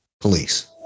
police